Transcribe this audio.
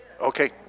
Okay